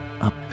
up